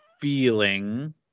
feeling